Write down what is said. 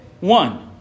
one